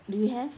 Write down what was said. do you have